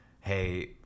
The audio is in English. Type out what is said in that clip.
hey